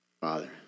Father